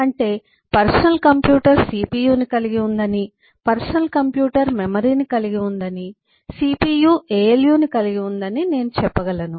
అంటే personal computer CPU ని కలిగి ఉందని పర్సనల్ కంప్యూటర్ మెమరీని కలిగి ఉందని CPU ALUని కలిగి ఉందని నేను చెప్పగలను